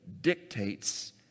dictates